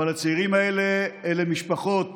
אבל ה"צעירים" האלה אלה משפחות